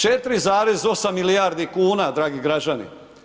4,8 milijardi kuna dragi građani.